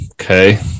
Okay